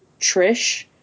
Trish